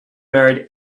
married